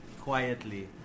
Quietly